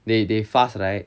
they they fast right